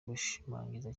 gushimagiza